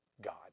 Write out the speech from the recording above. God